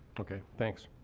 ok. thanks.